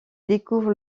découvre